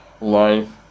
life